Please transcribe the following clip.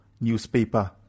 newspaper